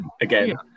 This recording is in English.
again